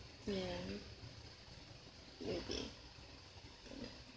ya maybe